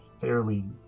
fairly